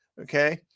Okay